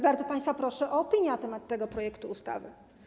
Bardzo państwa proszę o opinię na temat tego projektu ustawy.